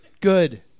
Good